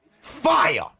Fire